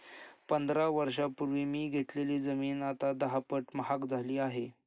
पंधरा वर्षांपूर्वी मी घेतलेली जमीन आता दहापट महाग झाली आहे